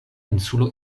insulo